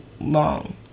long